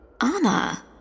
Anna